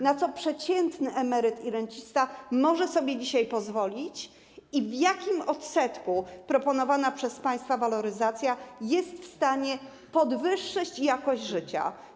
Na co przeciętny emeryt i rencista może sobie dzisiaj pozwolić i w jakim odsetku proponowana przez państwa waloryzacja jest w stanie podwyższyć jakość życia?